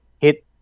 hit